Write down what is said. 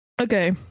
Okay